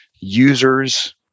users